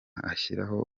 ashyiraho